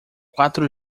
quatro